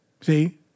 See